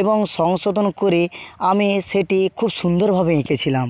এবং সংশোধন করে আমি সেটি খুব সুন্দরভাবে এঁকেছিলাম